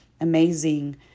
amazing